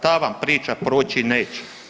Ta vam priča proći neće.